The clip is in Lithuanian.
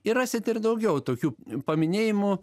ir rasit ir daugiau tokių paminėjimų